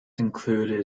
included